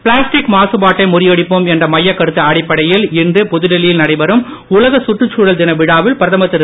plastic மாசுபாட்டை முறியடிப்போம் என்ற மையக்கருத்து அடிப்படையில் இன்று புதுடெல்லியில் நடைபெறும் உலக சுற்றுச்தழல் தின விழாவில் பிரதமர் திரு